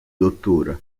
dott